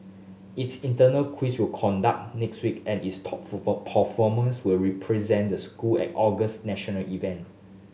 its internal quiz will conduct next week and its top performers will represent the school at August national event